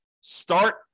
Start